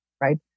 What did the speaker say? right